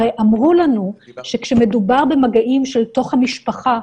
הרי אמרו לנו שכשמדובר במגעים בתוך המשפחה,